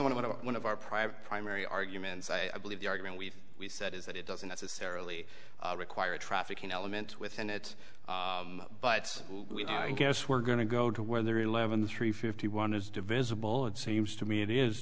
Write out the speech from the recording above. to one of our private primary arguments i believe the argument we've said is that it doesn't necessarily require a trafficking element within it but i guess we're going to go to where there eleven three fifty one is divisible it seems to me it is